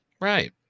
right